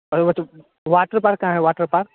अरे वह तो वाटर पार्क कहाँ है वाटर पार्क